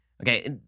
Okay